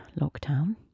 lockdown